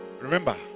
Remember